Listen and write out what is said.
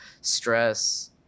stress